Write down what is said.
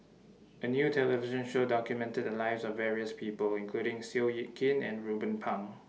A New television Show documented The Lives of various People including Seow Yit Kin and Ruben Pang